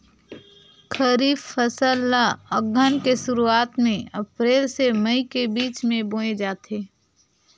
खरीफ फसल ला अघ्घन के शुरुआत में, अप्रेल से मई के बिच में बोए जाथे